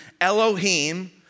Elohim